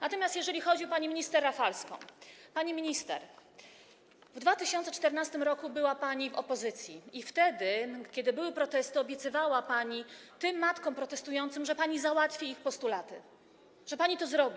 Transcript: Natomiast jeżeli chodzi o panią minister Rafalską, pani minister, w 2014 r. była pani w opozycji i wtedy kiedy były protesty, obiecywała pani tym protestującym matkom, że pani załatwi ich postulaty, że pani to zrobi.